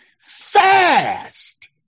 fast